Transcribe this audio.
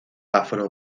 afro